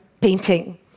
painting